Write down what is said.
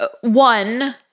one